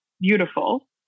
beautiful